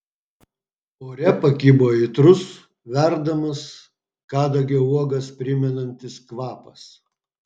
ore pakibo aitrus verdamas kadagio uogas primenantis kvapas